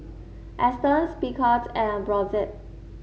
Astons Picard and Brotzeit